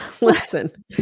listen